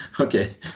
Okay